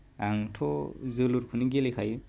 आंथ' जोलुरखौनो गेलेखायो